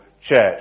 church